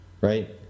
right